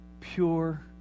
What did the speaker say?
pure